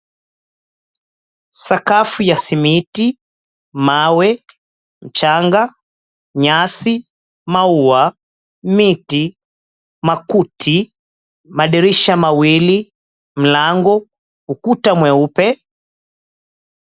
Sakafu ya simiti, mawe, mchanga, nyasi, maua, miti, makuti, madirisha mawili, mlango, ukuta mweupe.